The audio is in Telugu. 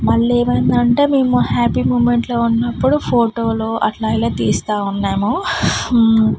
మళ్ళీ ఏమైందంటే మేము హ్యాపీ మూమెంట్లో ఉన్నప్పుడు ఫోటోలో అట్లా అలా తీస్తా ఉన్నాను